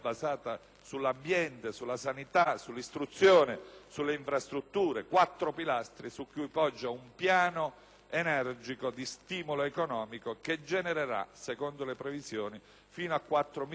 sull'ambiente, sulla sanità, sull'istruzione e sulle infrastrutture: quattro pilastri su cui poggia un piano energico di stimolo economico che genererà, secondo le previsioni, fino a quattro milioni